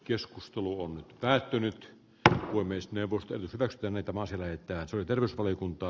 keskustelu on päättynyt ja voi myös neuvoston rakennetta voisi löytää syy terveysvaliokunta